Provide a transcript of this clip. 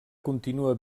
continua